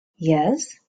yes